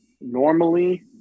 normally